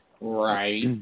Right